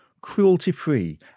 cruelty-free